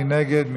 מי נגד?